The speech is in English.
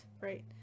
right